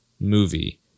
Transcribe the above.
movie